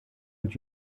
und